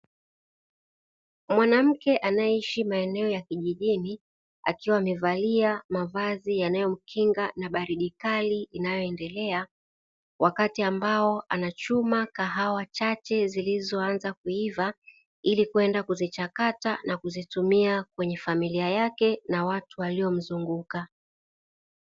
Mwanamke anayeishi maeneo ya kijijni, akiwa amevalia mavazi yanayomkinga na baridi kali inayoendelea, wakati ambao anachuma kahawa chache zilizoanza kuiva ili kwenda kuzichakata na kuzitumia kwenye familia yake na watu waliomzunguka.